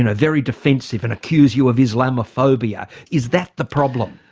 and very defensive and accuse you of islamophobia? is that the problem?